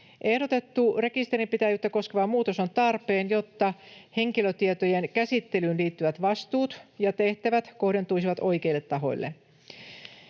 Ehdotettu rekisterinpitäjyyttä koskeva muutos on tarpeen, jotta henkilötietojen käsittelyyn liittyvät vastuut ja tehtävät kohdentuisivat oikeille tahoille.